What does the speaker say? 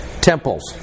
temples